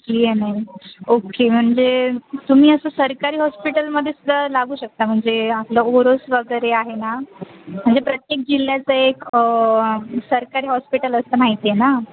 जी N M okay म्हणजे तुम्ही असं सरकारी हॉस्पिटलमध्ये सुद्धा लागू शकता म्हणजे आपलं ओरोस वगैरे आहे ना म्हणजे प्रत्येक जिल्ह्याचं एक सरकारी हॉस्पिटल असतं माहिती आहे ना